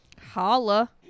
Holla